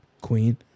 queen